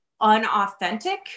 unauthentic